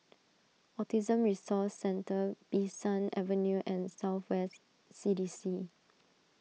Autism Resource Centre Bee San Avenue and South West C D C